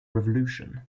revolution